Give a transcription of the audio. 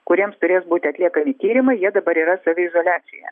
kuriems turės būti atliekami tyrimai jie dabar yra saviizoliacijoje